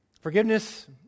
Forgiveness